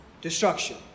destruction